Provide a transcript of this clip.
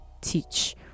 teach